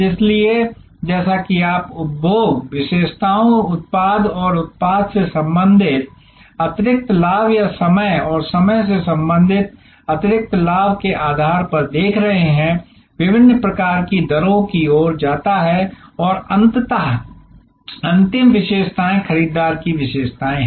इसलिए जैसा कि आप उपभोग विशेषताओं उत्पाद और उत्पाद से संबंधित अतिरिक्त लाभ या समय और समय से संबंधित अतिरिक्त लाभ के आधार पर देख रहे हैं विभिन्न प्रकार की दरों की ओर जाता है और अंततः अंतिम विशेषताएं खरीदार की विशेषताएं हैं